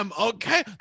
okay